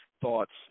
thoughts